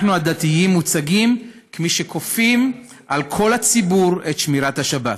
אנחנו הדתיים מוצגים כמי שכופים על כל הציבור את שמירת השבת.